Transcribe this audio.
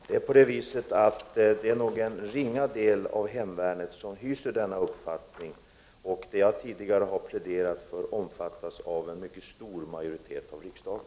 Herr talman! Det är nog en ringa del av personalen inom hemvärnet som hyser denna uppfattning. Den ståndpunkt jag tidigare har pläderat för omfattas av en mycket stor majoritet av riksdagen.